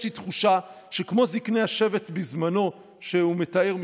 יש לי תחושה שכמו זקני שבט בזמנו שהוא מתאר,